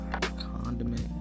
Condiment